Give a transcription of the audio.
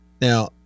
Now